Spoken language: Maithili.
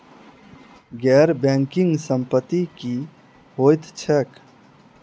गैर बैंकिंग संपति की होइत छैक?